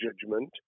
judgment